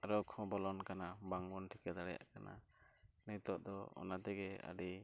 ᱨᱳᱜᱽ ᱦᱚᱸ ᱵᱚᱞᱚᱱ ᱠᱟᱱᱟ ᱵᱟᱝᱵᱚᱱ ᱴᱷᱤᱠᱟᱹ ᱫᱟᱲᱮᱭᱟᱜ ᱠᱟᱱᱟ ᱱᱤᱛᱚᱜ ᱫᱚ ᱚᱱᱟ ᱛᱮᱜᱮ ᱟᱹᱰᱤ